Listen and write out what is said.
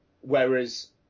whereas